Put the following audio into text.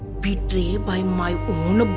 betrayed by my own but